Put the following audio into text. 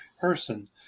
person